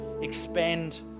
expand